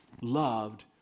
loved